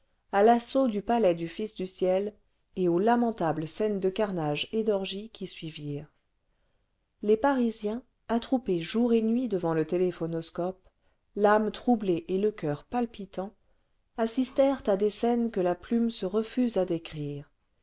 à l'assaut du palais du fils du ciel et aux lamentables scènes de carnage et d'orgie qui suivirent les parisiens attroupés jour et nuit devant le téléphonoscope l'âme troublée et le coeur palpitant assistèrent à des scènes que la plume se refuse à décrire